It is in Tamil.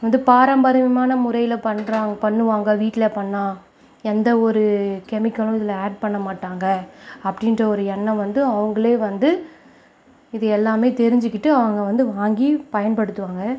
வந்து பாரம்பரியமான முறையில் பண்ணுவாங்க வீட்டில் பண்ணால் எந்த ஒரு கெமிக்கலும் இதில் ஆட் பண்ண மாட்டாங்க அப்படின்ற ஒரு எண்ணம் வந்து அவங்களே வந்து இது எல்லாமே தெரிஞ்சுக்கிட்டு அவங்க வந்து வாங்கி பயன்படுத்துவாங்க